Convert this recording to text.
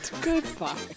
goodbye